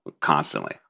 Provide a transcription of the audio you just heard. constantly